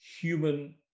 human